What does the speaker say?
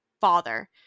father